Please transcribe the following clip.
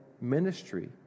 ministry